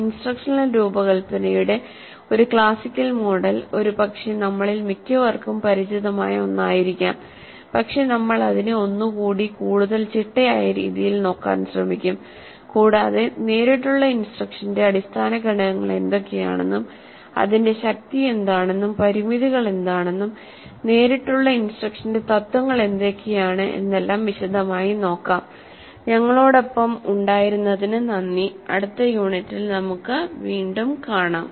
instructional രൂപകൽപ്പനയുടെ ഒരു classical model ഒരുപക്ഷേ നമ്മിൽ മിക്കവർക്കും പരിചിതമായ ഒന്ന് ആയിരിക്കാം പക്ഷേ നമ്മൾ അതിനെ ഒന്ന് കൂടി കൂടുതൽ ചിട്ടയായ രീതിയിൽ നോക്കാൻ ശ്രമിക്കും കൂടാതെ നേരിട്ടുള്ള ഇൻസ്ട്രക്ഷന്റെ അടിസ്ഥാന ഘടകങ്ങൾ എന്തൊക്കെയാണെന്നും അതിന്റെ ശക്തി എന്താണെന്നും പരിമിതികൾ എന്താണെന്നും നേരിട്ടുള്ള ഇൻസ്ട്രക്ഷന്റെ തത്വങ്ങൾ എന്തൊക്കെയാണ് എന്നെല്ലാം വിശദമായി നോക്കാം ഞങ്ങളോടൊപ്പം ഉണ്ടായിരുന്നതിന് നന്ദി അടുത്ത യൂണിറ്റിൽ നമുക്ക് വീണ്ടും കാണാം